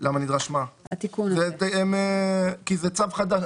כי זה צו חדש.